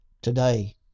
today